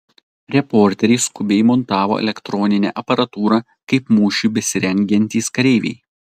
reporteriai skubiai montavo elektroninę aparatūrą kaip mūšiui besirengiantys kareiviai